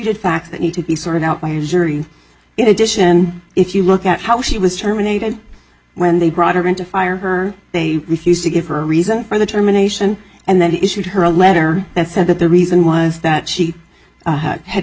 disputed facts that need to be sorted out by a jury in addition if you look at how she was terminated when they brought her in to fire her they refused to give her a reason for the termination and then he issued her a letter that said that the reason was that she had